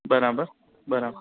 બરાબર બરાબર